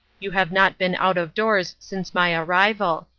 you have not been out of doors since my arrival.